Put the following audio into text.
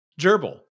gerbil